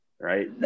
right